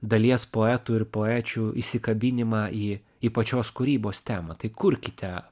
dalies poetų ir poečių įsikabinimą į į pačios kūrybos temą tai kurkite